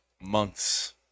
Months